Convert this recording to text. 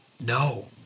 No